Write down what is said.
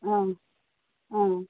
ಹ್ಞೂ ಹ್ಞೂ